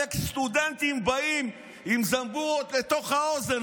עלק סטודנטים באים עם זמבורות לתוך האוזן,